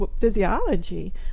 physiology